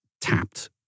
tapped